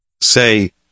say